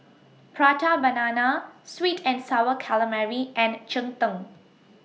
Prata Banana Sweet and Sour Calamari and Cheng Tng